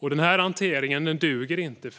Den hanteringen duger inte.